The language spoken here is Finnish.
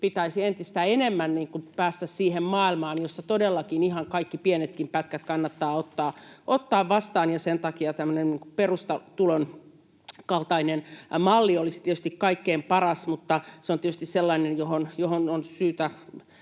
pitäisi entistä enemmän päästä siihen maailmaan, jossa todellakin ihan kaikki pienetkin pätkät kannattaa ottaa vastaan. Sen takia perustulon kaltainen malli olisi tietysti kaikkein paras, mutta se on tietysti sellainen, johon on syytä